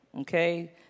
Okay